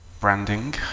branding